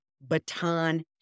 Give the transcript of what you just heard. baton